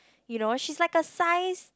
you know she's like a size